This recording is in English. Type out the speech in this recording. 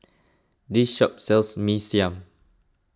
this shop sells Mee Siam